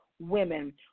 Women